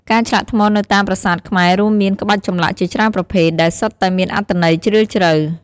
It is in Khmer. ការឆ្លាក់ថ្មនៅតាមប្រាសាទខ្មែររួមមានក្បាច់ចម្លាក់ជាច្រើនប្រភេទ ដែលសុទ្ធតែមានអត្ថន័យជ្រាលជ្រៅ។